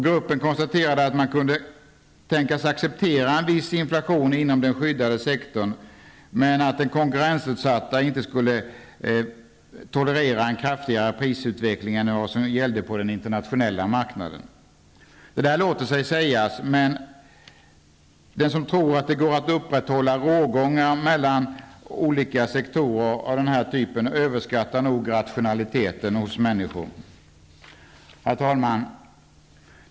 Gruppen konstaterade att man kunde tänkas acceptera en viss inflation inom den skyddade sektorn, men att man i den konkurrensutsatta sektorn inte skulle tolerera en kraftigare prisutveckling än vad som gällde på den internationella marknaden. Det där låter sig sägas, men den som tror att det går att upprätthålla rågångar mellan olika sektorer av den här typen, överskattar nog rationaliteten hos människor.